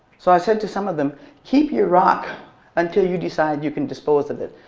so i said to some of them keep your rock until you decide you can dispose of it.